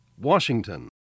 Washington